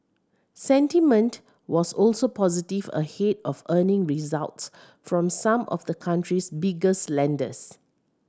sentiment was also positive ahead of earning results from some of the country's biggest lenders